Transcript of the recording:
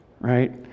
right